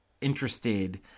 interested